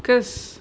because